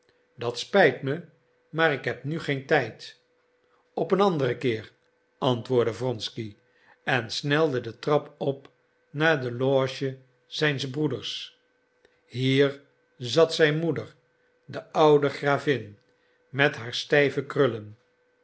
dat spijt me maar ik heb nu geen tijd op een anderen keer antwoordde wronsky en snelde den trap op naar de loge zijns broeders hier zat zijn moeder de oude gravin met haar stijve krullen